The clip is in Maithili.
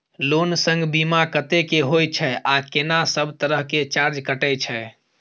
लोन संग बीमा कत्ते के होय छै आ केना सब तरह के चार्ज कटै छै?